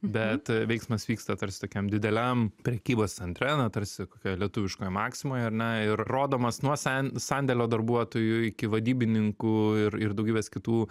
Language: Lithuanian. bet veiksmas vyksta tarsi tokiam dideliam prekybos centre na tarsi kokioje lietuviškoje maksimoj ar ne ir rodomas nuo san sandėlio darbuotojų iki vadybininkų ir ir daugybės kitų